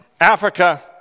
Africa